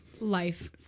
life